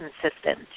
consistent